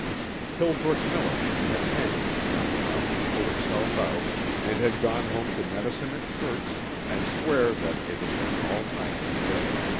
hillbrook militant had managed somehow to pull itself out and had gone home to medicine its hurts and swear that it had been all night in bed.